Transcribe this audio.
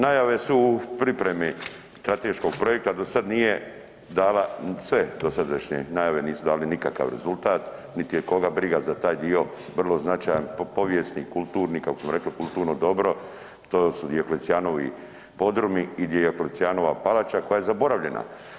Najave su u pripremi strateškog projekta, do sad nije dala, sve dosadašnje najave nisu dale nikakav rezultat niti je koga briga za taj dio vrlo značajan povijesni, kulturni, kako smo rekli, kulturno dobro, to su Dioklecijanovi podrumi i Dioklecijanova palača koje je zaboravljena.